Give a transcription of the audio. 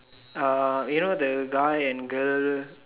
um you know the guy and girl